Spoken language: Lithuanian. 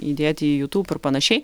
įdėti į jūtub ir panašiai